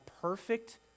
perfect